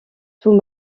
tout